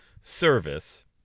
service